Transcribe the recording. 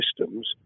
systems